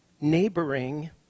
neighboring